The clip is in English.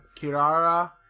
Kirara